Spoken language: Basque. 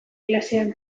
klasean